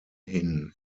hin